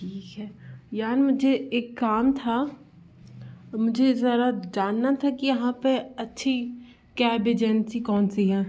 ठीक है यार मुझे एक काम था मुझे जरा जानना था की यहाँ पर अच्छी कैब एजेंसी कौन सी है